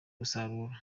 gusarura